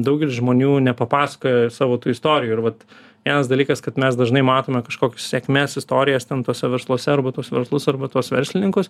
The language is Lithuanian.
daugelis žmonių nepapasakoja savo tų istorijų ir vat vienas dalykas kad mes dažnai matome kažkokį sėkmės istorijas ten tuose versluose arba tuos verslus arba tuos verslininkus